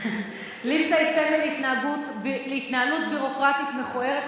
ליפתא היא סמל להתנהלות ביורוקרטית מכוערת,